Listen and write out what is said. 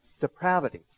depravity